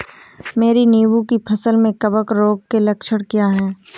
मेरी नींबू की फसल में कवक रोग के लक्षण क्या है?